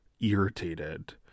irritated